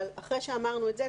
אבל אחרי שאמרנו את זה,